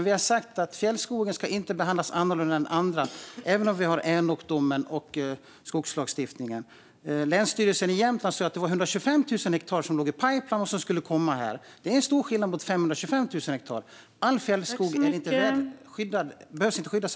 Vi har sagt att fjällskogen inte ska behandlas annorlunda än andra även om vi har Änokdomen och skogslagstiftningen. Länsstyrelsen i Jämtland sa att det var 125 000 hektar som låg i pipeline och som skulle komma. Det är en stor skillnad mot 525 000 hektar. All fjällskog behövs heller inte skyddas.